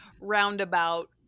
roundabout